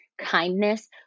Kindness